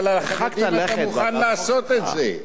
אבל לחרדים אתה מוכן לעשות את זה.